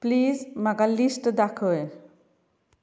please म्हाका list दाखय